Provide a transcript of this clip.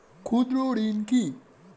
ক্ষুদ্র ঋণ কি?